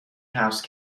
house